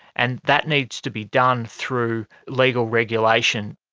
and that needs to be done through legal regulation.